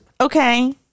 Okay